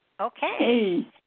Okay